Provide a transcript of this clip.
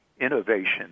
innovation